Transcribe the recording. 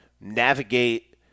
navigate